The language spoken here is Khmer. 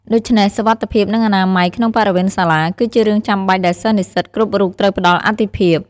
ដូច្នេះ សុវត្ថិភាព និងអនាម័យ ក្នុងបរិវេណសាលា គឺជារឿងចាំបាច់ដែលសិស្សនិស្សិតគ្រប់រូបត្រូវផ្ដល់អាទិភាព។